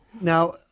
Now